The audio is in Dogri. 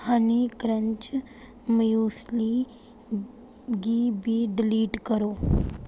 हनी क्रंच म्यूसली गी बी डिलीट करो